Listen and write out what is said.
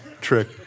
trick